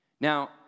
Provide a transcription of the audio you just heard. Now